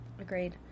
agreed